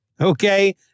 Okay